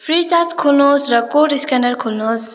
Freecharge खोल्नुहोस् र code scanner खोल्नुहोस्